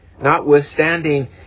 notwithstanding